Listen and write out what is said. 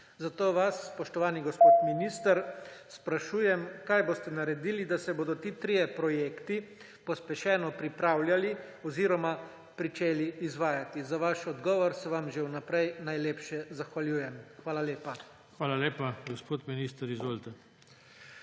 Zato vas, spoštovani gospod minister, sprašujem: Kaj boste naredili, da se bodo ti trije projekti pospešeno pripravljali oziroma se bodo začeli izvajati? Za vaš odgovor se vam že vnaprej najlepše zahvaljujem. Hvala lepa. PODPREDSEDNIK JOŽE TANKO: Hvala lepa. Gospod minister, izvolite.